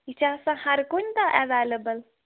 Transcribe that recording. یہِ چھِ آسان ہر کُنہِ دۅہ ایٚویلیبُل